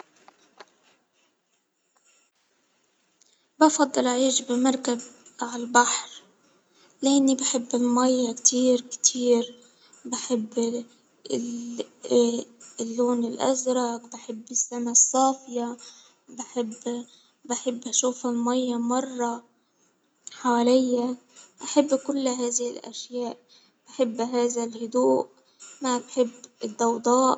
بفضل أعيش بمركب على البحرأ لإني بحب المية كتير كتير، بحب اللون الأزرق بحب السما الصافية، بحب بحب أشوف الماية مرة حواليا أحب كل هذه الأشياء، أحب هذا الهدوء مع حب الضوضاء.